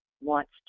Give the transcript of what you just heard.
wants